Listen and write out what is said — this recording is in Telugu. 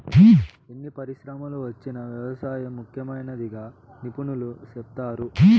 ఎన్ని పరిశ్రమలు వచ్చినా వ్యవసాయం ముఖ్యమైనదిగా నిపుణులు సెప్తారు